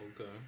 Okay